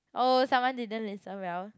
oh someone didn't listen well